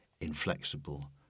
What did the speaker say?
inflexible